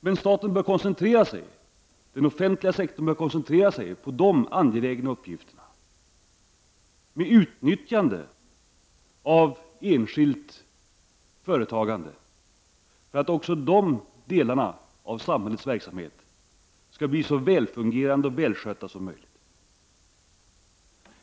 Men den offentliga sektorn bör koncentreras på dessa angelägna uppgifter med utnyttjande av enskilt företagande för att också dessa delar av samhällets verksamhet skall bli så välfungerande och välskötta som möjligt.